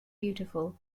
beautiful